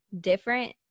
different